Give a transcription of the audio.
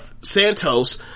Santos